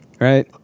right